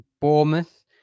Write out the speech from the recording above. Bournemouth